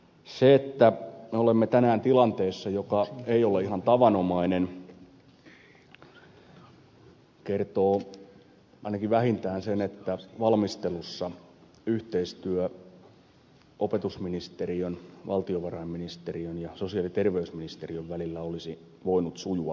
se että me olemme tänään tilanteessa joka ei ole ihan tavanomainen kertoo ainakin vähintään sen että valmistelussa yhteistyö opetusministeriön valtiovarainministeriön ja sosiaali ja terveysministeriön välillä olisi voinut sujua paremmin